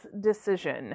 decision